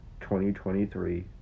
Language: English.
2023